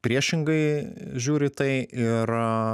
priešingai žiūri į tai ir